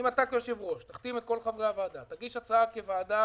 אם אתה כיושב-ראש תחתים את כל חברי הוועדה נגיש הצעה כוועדה,